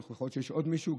ויכול להיות שעוד מישהו,